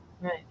right